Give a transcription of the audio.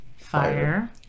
Fire